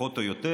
פחות או יותר.